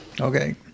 Okay